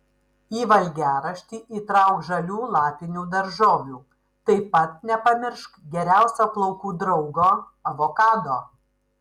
į valgiaraštį įtrauk žalių lapinių daržovių taip pat nepamiršk geriausio plaukų draugo avokado